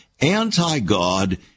anti-God